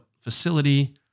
facility